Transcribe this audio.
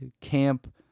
camp